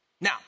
now